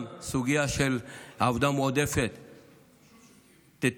גם הסוגיה של עבודה מועדפת תטופל,